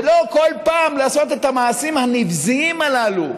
ולא כל פעם לעשות את המעשים הנבזיים הללו,